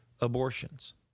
abortions